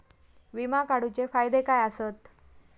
विमा काढूचे फायदे काय आसत?